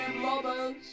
lovers